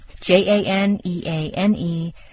J-A-N-E-A-N-E